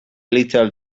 little